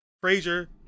Frazier